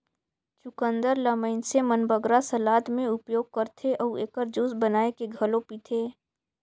चुकंदर ल मइनसे मन बगरा सलाद में उपयोग करथे अउ एकर जूस बनाए के घलो पीथें